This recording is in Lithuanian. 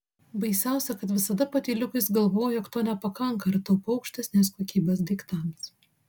baisiausia kad visada patyliukais galvoju jog to nepakanka ir taupau aukštesnės kokybės daiktams